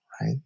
right